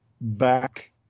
back